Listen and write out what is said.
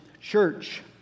Church